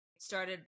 started